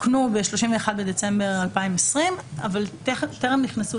תוקנו ב-31 דצמבר 2020 אבל טרם נכנסו